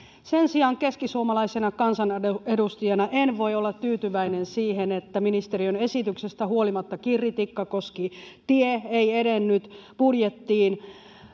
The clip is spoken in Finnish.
sen sijaan keskisuomalaisena kansanedustajana en voi olla tyytyväinen siihen että ministeriön esityksestä huolimatta kirri tikkakoski tie ei edennyt budjettiin